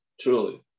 truly